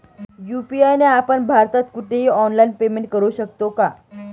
UPI ने आपण भारतात कुठेही ऑनलाईन पेमेंट करु शकतो का?